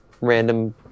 random